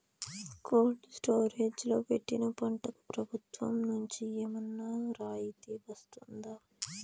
Cold storage లో పెట్టిన పంటకు ప్రభుత్వం నుంచి ఏమన్నా రాయితీ వస్తుందా?